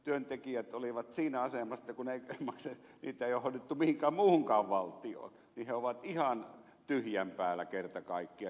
työntekijät olivat siinä asemassa että kun maksuja ei ole hoidettu mihinkään muuhunkaan valtioon niin he ovat ihan tyhjän päällä kerta kaikkiaan